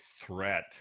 threat